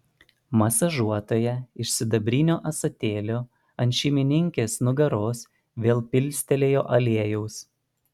masažuotoja iš sidabrinio ąsotėlio ant šeimininkės nugaros vėl pilstelėjo aliejaus